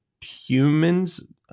humans